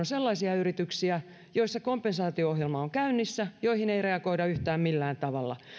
sellaisia yrityksiä joissa kompensaatio ohjelma on käynnissä mutta joihin ei reagoida yhtään millään tavalla